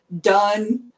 done